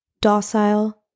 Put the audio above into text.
docile